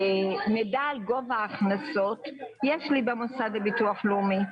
מידע על גובה הכנסות יש במוסד לביטוח לאומי,